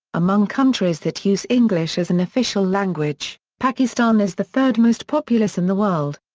among countries that use english as an official language, pakistan is the third-most populous in the world.